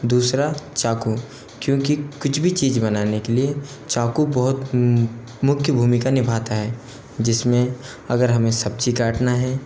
दूसरा चाकू क्योंकि कुछ भी चीज बनाने के लिए चाकू बहुत मुख्य भूमिका निभाता है जिसमें अगर हमें सब्जी काटना है